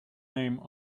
name